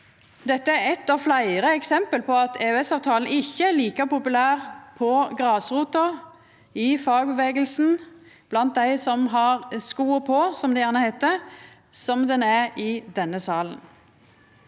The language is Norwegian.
Dette er eitt av fleire eksempel på at EØS-avtalen ikkje er like populær på grasrota, i fagrørsla, blant dei som har skoa på, som det gjerne heiter, som han er i denne salen.